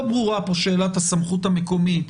לא ברורה פה שאלת הסמכות המקומית,